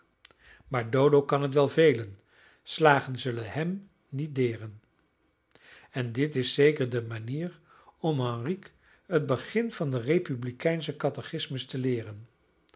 maar dodo kan het wel velen slagen zullen hem niet deren en dit is zeker de manier om henrique het begin van den republikeinschen catechismus te leeren